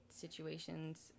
situations